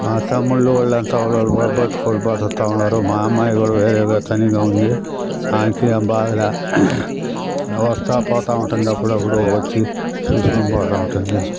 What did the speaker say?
మా తమ్ముళ్ళు వాళ్ళంతా కూడా ఎవరి బతుకు వాళ్ళు బతుకుతూ ఉంటారు మా అమ్మాయి కూడా వేరే వ తనీగా ఉంది ఆమెకి ఏమి బాధలేదు వస్తూ పోతూ ఉంటుంది అప్పుడప్పుడు వచ్చి చూసుకుని పోతూ ఉంటుంది